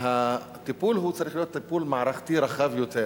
הטיפול צריך להיות טיפול מערכתי רחב יותר